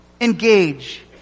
engage